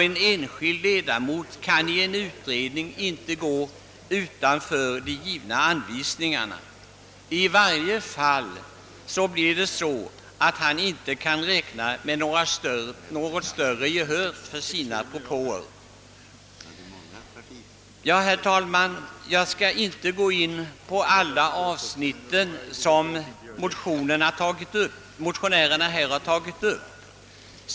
En enskild ledamot i en utredning kan heller inte gå utanför givna direktiv. I varje fall kan han då inte räkna med något större gehör för sina propåer. Herr talman! Jag skall inte gå närmare in på alla de frågor som motionärerna tagit upp.